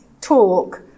talk